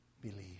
believe